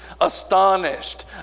astonished